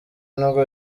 nubwo